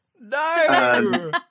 No